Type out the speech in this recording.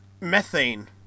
Methane